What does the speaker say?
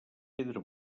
pedra